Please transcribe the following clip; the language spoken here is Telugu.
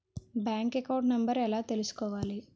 బ్యాంక్ అకౌంట్ నంబర్ ఎలా తీసుకోవాలి?